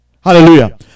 hallelujah